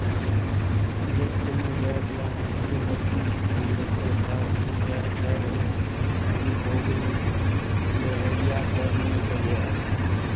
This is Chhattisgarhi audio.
जब कोनो जाएत ल मइनसे हर किस्त में लेथे ता ओ जाएत हर ओ घनी पोगरी लेहोइया कर नी होए जाए